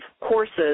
courses